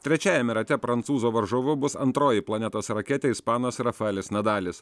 trečiajame rate prancūzo varžovu bus antroji planetos raketė ispanas rafaelis nadalis